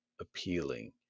appealing